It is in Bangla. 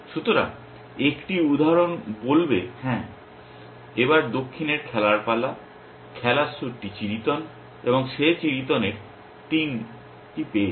সুতরাং 1টি উদাহরণ বলবে হ্যাঁ এবার দক্ষিণের খেলার পালা খেলার স্যুটটি চিড়িতন এবং সে চিড়িতন এর 3টি পেয়েছে